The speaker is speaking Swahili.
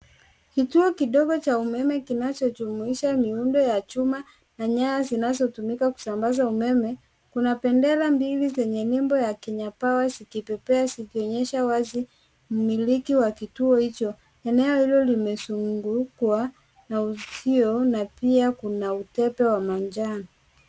Kituo kidogo cha umeme kinachojumuisha miundo ya chuma na nyaya zinazotumika kusambaza umeme, kuna bendera mbili zenye nembo ya Kenyapower zikipepea zikionyesha wazi umiliki wa kituo hicho. Eneo hilo limezungukwa na uzio na pia kuna utepe wa manjano.